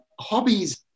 hobbies